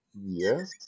Yes